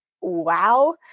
wow